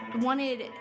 wanted